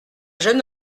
jeune